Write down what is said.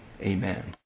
amen